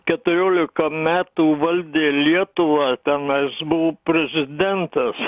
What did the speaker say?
keturiolika metų valdė lietuvą tenais buvo prezidentas